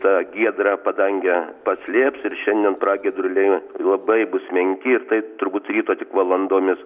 tą giedrą padangę paslėps ir šiandien pragiedruliai labai bus menki ir tai turbūt ryto tik valandomis